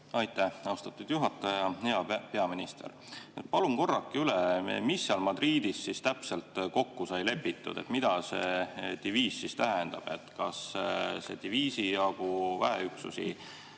Aitäh, austatud juhataja! Hea peaminister! Palun korrake üle, mis seal Madridis täpselt kokku sai lepitud. Mida see diviis tähendab? Kas see diviisi jagu väeüksusi